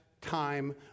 time